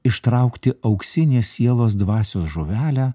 ištraukti auksinę sielos dvasios žuvelę